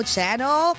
Channel